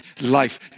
life